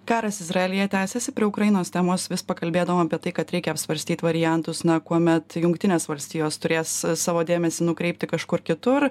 karas izraelyje tęsiasi prie ukrainos temos vis pakalbėdavom apie tai kad reikia apsvarstyti variantus na kuomet jungtinės valstijos turės savo dėmesį nukreipti kažkur kitur